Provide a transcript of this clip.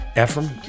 Ephraim